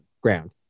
ground